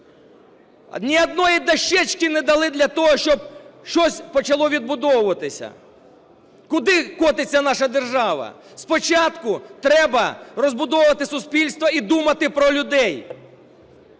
Ні однієї дощечки не дали для того, щоб щось почало відбудовуватись. Куди котиться наша держава? Спочатку треба розбудовувати суспільство і думати про людей.